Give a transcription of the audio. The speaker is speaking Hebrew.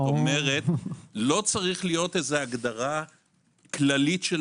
כלומר לא צריכה להיות הגדרה כללית של